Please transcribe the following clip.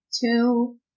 two